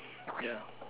ya